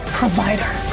provider